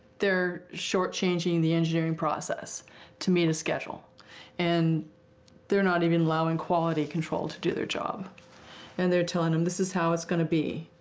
they're shortchanging the engineering process to meet a schedule and they're not even allowing quality control to do their job and their telling them this is how it's going to be.